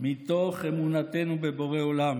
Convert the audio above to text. מתוך אמונתנו בבורא עולם